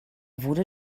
wurde